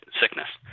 sickness